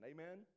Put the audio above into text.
Amen